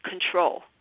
control